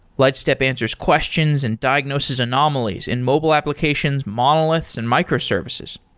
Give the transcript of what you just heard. lightstep answers questions and diagnosis anomalies in mobile applications, monoliths and microservices.